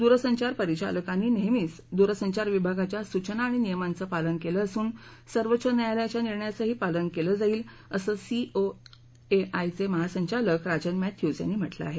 द्रसंचार परिचालकांनी नेहमीच द्रसंचार विभागाच्या सूचना आणि नियमांचं पालन केलं असून सर्वोच्च न्यायालयाच्या निर्णयाचंही पालन केलं जाईल असं सी ओ ए आयचे महासंचालक राजन मॅथ्यूज यांनी म्हटलं आहे